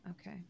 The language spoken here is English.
okay